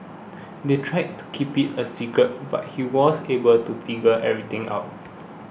they tried to keep it a secret but he was able to figure everything out